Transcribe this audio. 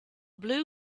blue